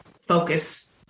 focus